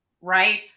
Right